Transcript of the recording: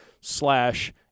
slash